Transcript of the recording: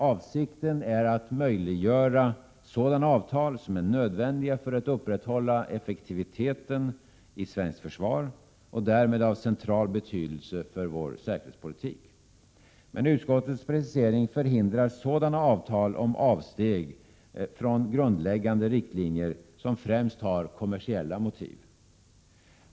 Avsikten är att möjliggöra sådana avtal som är nödvändiga för att upprätthålla effektiviteten i svenskt försvar och därmed av central betydelse för vår säkerhetspolitik. Men utskottets precisering förhindrar sådana avtal om avsteg från grundläggande riktlinjer som främst har kommersiella motiv.